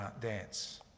dance